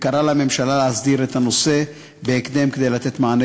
וקראה לממשלה להסדיר את הנושא בהקדם כדי לתת מענה